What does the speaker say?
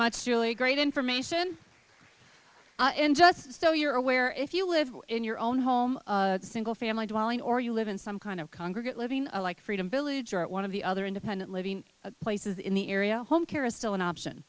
really great information and just so you're aware if you live in your own home single family dwelling or you live in some kind of congregate living like freedom village or one of the other independent living places in the area home care is still an option